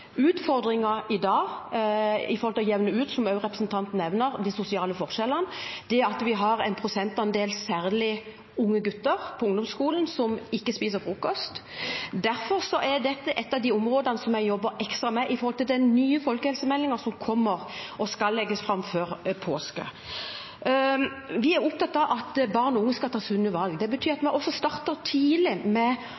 å jevne ut, som også representanten nevner, de sosiale forskjellene. Vi har en prosentandel, særlig unge gutter på ungdomsskolen, som ikke spiser frokost. Derfor er dette et av de områdene som jeg jobber ekstra med når det gjelder den nye folkehelsemeldingen som kommer, og som skal legges fram før påske. Vi er opptatt av at barn og unge skal ta sunne valg. Det betyr at